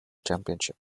championship